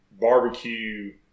barbecue